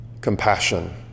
compassion